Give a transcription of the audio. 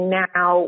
now